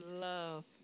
love